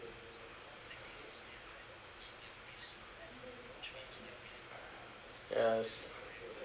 yes